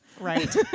right